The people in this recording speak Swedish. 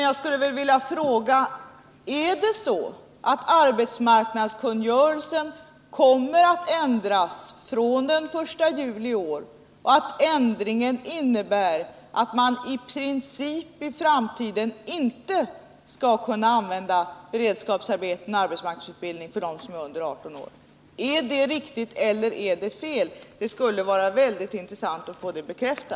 Jag skulle vilja fråga: Är det så att arbetsmarknadskungörelsen kommer att ändras från den 1 juli i år och att ändringen innebär att man i princip i framtiden inte skall kunna använda beredskapsarbete och arbetsmarknadsutbildning för dem som är under 18 år? Det skulle vara intressant att få ett svar på om detta är riktigt eller fel.